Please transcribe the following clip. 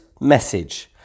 message